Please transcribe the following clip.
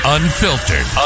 Unfiltered